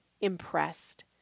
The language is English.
impressed